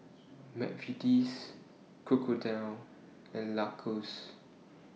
Mcvitie's Crocodile and Lacoste